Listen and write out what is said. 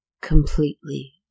completely